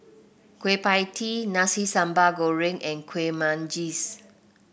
Kueh Pie Tee Nasi Sambal Goreng and Kueh Manggis